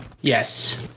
Yes